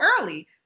early